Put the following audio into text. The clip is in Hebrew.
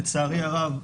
לצערי הרב,